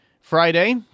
Friday